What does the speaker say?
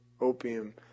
opium